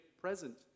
present